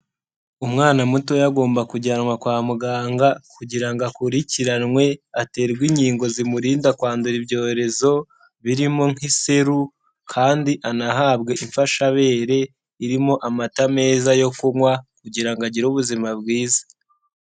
Umwana mutoya agomba kujyanwa kwa muganga kugira ngo akurikiranwe, aterwe inkingo zimurinda kwandura ibyorezo birimo nk'iseru kandi anahabwe imfashabere irimo amata meza yo kunywa kugira ngo agire ubuzima bwiza.